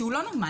שהוא לא נורמלי.